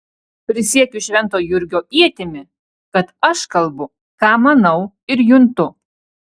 prisiekiu švento jurgio ietimi kad aš kalbu ką manau ir juntu